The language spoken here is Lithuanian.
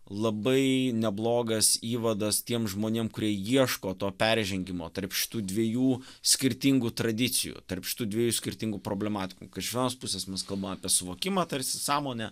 labai neblogas įvadas tiem žmonėm kurie ieško to peržengimo tarp šitų dviejų skirtingų tradicijų tarp šitų dviejų skirtingų problematikų kad iš vienos pusės mes kalbam apie suvokimą tarsi sąmonę